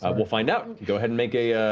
um we'll find out! and go ahead and make a